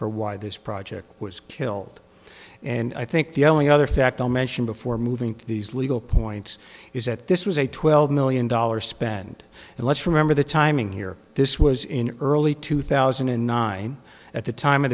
for why this project was killed and i think the only other fact i'll mention before moving to these legal points is that this was a twelve million dollars spent and let's remember the timing here this was in early two thousand and nine at the time of